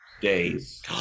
days